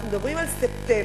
אנחנו מדברים על ספטמבר,